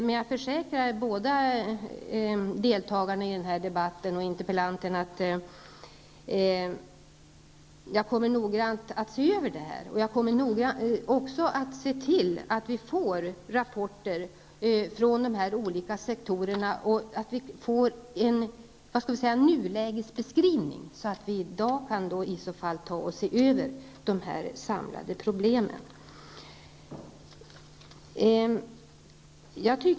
Men jag kan försäkra deltagarna i denna debatt att jag noggrant kommer att se över detta, att se till att vi får rapporter från de olika sektorerna och att vi får en nulägesbeskrivning, så att vi kan se över dessa samlade problem.